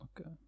Okay